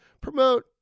promote